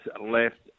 left